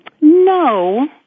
no